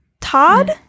Todd